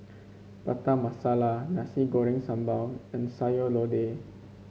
Prata Masala Nasi Goreng Sambal and Sayur Lodeh